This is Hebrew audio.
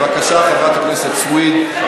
בבקשה, חברת הכנסת סויד.